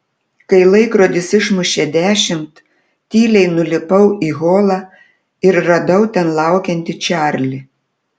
kai laikrodis išmušė dešimt tyliai nulipau į holą ir radau ten laukiantį čarlį